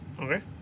Okay